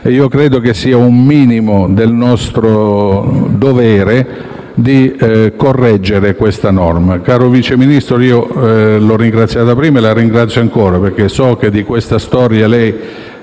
e credo che sia un dovere minimo da parte nostra quello di correggere la norma. Caro Vice Ministro, l'ho ringraziata prima e la ringrazio ancora, perché so che di questa storia lei